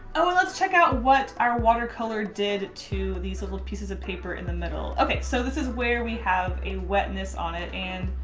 oh, let's check out what our watercolor did to these little pieces of paper in the middle. okay. so this is where we have a wetness on it and